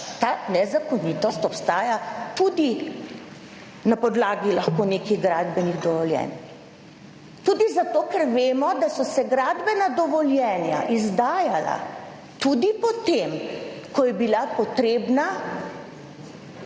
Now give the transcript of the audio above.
ta nezakonitost obstaja tudi na podlagi lahko nekih gradbenih dovoljenj, tudi zato, ker vemo, da so se gradbena dovoljenja izdajala tudi po tem, ko je bila potrebna